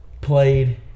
played